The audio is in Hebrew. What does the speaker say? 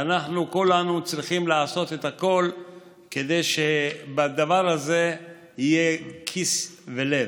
ואנחנו כולנו צריכים לעשות את הכול כדי שבדבר הזה יהיו כיס ולב.